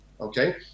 Okay